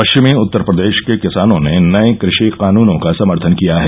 पश्चिमी उत्तर पदेश के किसानों ने नये कृषि कानूनों का समर्थन किया है